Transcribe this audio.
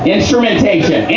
Instrumentation